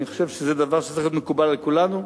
אני חושב שזה דבר שצריך להיות מקובל על כולנו.